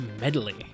Medley